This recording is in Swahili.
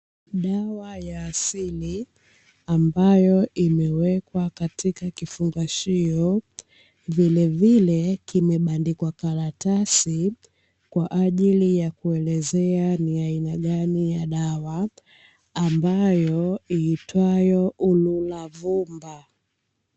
Dawa ya asili ambayo imewekwa katika kifungashio vilevile kimebandikwa karatasi kwa ajili ya kuelezea ni aina gani ya dawa ambayo huitwayo Ululavumba.